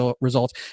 results